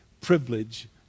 privilege